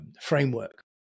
framework